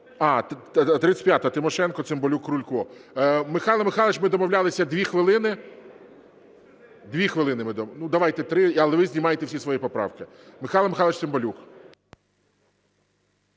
35-а, Тимошенко, Цимбалюк, Крулько. Михайло Михайлович, ми домовлялися 2 хвилини. 2 хвилини ми… ну, давайте 3, але ви знімаєте всі свої поправки. Михайло Михайлович Цимбалюк.